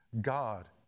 God